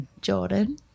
Jordan